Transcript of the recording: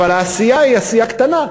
אבל העשייה היא עשייה קטנה.